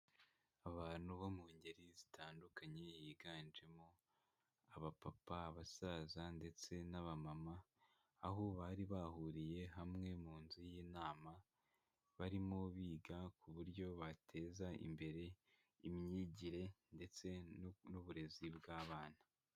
Abantu bo mu ngeri zitandukanye higanjemo abapapa, abasaza ndetse n'abamama, aho bari bahuriye hamwe mu nzu y'inama, barimo biga ku buryo bateza imbere imyigire ndetse n'uburezi bw'abana.